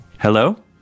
Hello